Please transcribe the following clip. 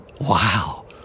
Wow